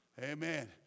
Amen